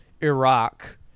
Iraq